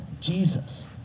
Jesus